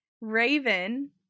Raven